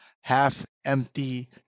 half-empty